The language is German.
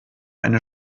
eine